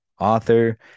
author